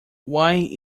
why